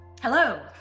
Hello